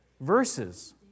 verses